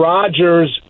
Rodgers